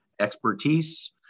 expertise